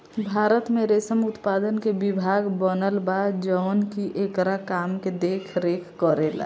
भारत में रेशम उत्पादन के विभाग बनल बा जवन की एकरा काम के देख रेख करेला